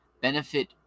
benefit